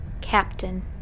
Captain